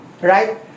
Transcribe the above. right